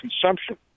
consumption